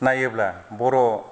नायोब्ला बर'